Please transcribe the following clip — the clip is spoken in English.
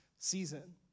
Season